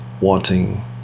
wanting